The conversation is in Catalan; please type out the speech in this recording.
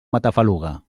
matafaluga